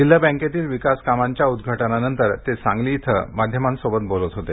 जिल्हा बँकेतील विकासकामांच्या उद्घाटनानंतर ते सांगलीत माध्यमांशी बोलत होते